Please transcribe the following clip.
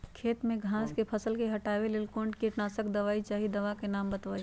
खेत में घास के फसल से हटावे के लेल कौन किटनाशक दवाई चाहि दवा का नाम बताआई?